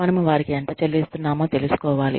మనము వారికి ఎంత చెల్లిస్తున్నామో తెలుసుకోవాలి